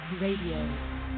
Radio